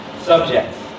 subjects